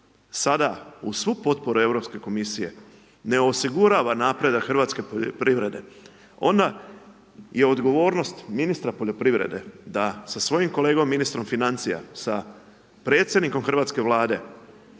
sada uz svu potporu Europske komisije ne osigurava napredak hrvatske poljoprivrede, onda je odgovornost ministra poljoprivrede da sa svojim kolegom ministrom financija, sa predsjednikom hrvatske Vlade,